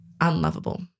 unlovable